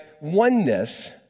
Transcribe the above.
Oneness